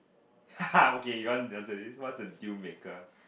okay you want answer this what's a deal maker